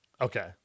okay